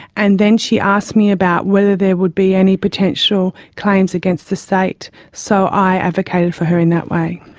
and then she asked me about whether there would be any potential claims against the state, so i advocated for her in that way.